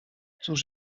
cóż